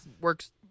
works